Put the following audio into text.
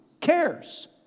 cares